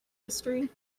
history